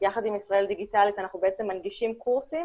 יחד עם ישראל דיגיטלית אנחנו מנגישים קורסים